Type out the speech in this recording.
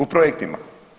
U projektima.